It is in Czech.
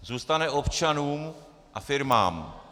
Zůstane občanům a firmám.